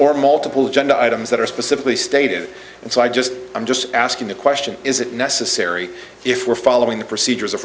or multiple genda items that are specifically stated and so i just i'm just asking the question is it necessary if we're following the procedures of